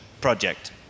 project